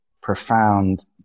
profound